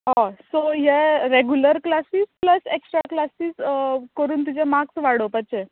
होय सो हें रेगुलर क्लासीस प्सल एक्ट्रा क्लासीस करून तुजें मार्कस वाडोवपाचे